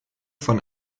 von